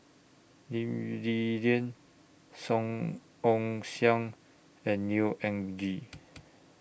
Lee Li Lian Song Ong Siang and Neo Anngee